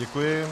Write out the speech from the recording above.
Děkuji.